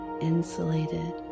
insulated